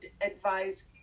advise